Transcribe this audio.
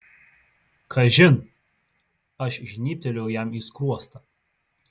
kažin aš žnybtelėjau jam į skruostą